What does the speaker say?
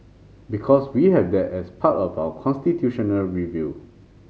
because we have that as part of our constitutional review